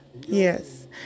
Yes